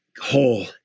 whole